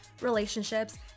relationships